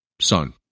son